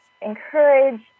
encourage